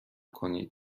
کنید